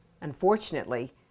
Unfortunately